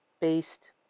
based